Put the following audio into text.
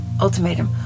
ultimatum